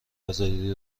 آزادی